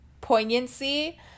poignancy